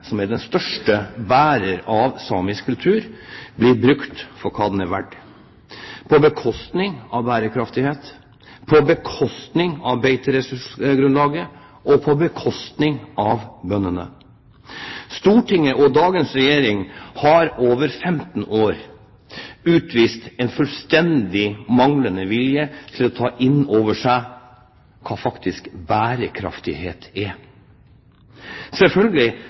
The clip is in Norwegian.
som er den største bærer av samisk kultur, blir brukt for hva den er verdt – på bekostning av bærekraftighet, på bekostning av beiteressursgrunnlaget, og på bekostning av bøndene. Stortinget og dagens regjering har i over 15 år utvist en fullstendig manglende vilje til å ta inn over seg hva bærekraftighet faktisk er. Selvfølgelig